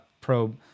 probe